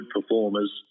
performers